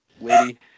lady